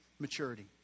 maturity